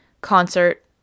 concert